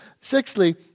Sixthly